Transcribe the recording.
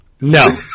No